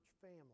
family